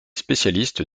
spécialiste